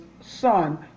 son